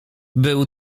był